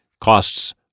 Costs